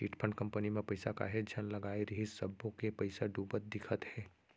chit fund company म पइसा काहेच झन लगाय रिहिस सब्बो के पइसा डूबत दिखत हे